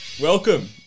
Welcome